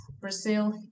Brazil